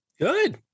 Good